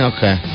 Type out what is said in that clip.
Okay